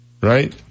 right